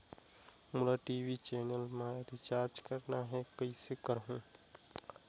मोला TV channel मा recharge करना हे, कइसे करहुँ?